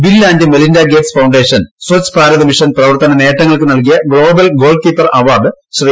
bill and Melinda Gates foundation Swachh Bharat mission പ്രവർത്തന നേട്ടങ്ങൾക്ക് നൽകിയ global goal keeper award Shri